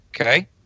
Okay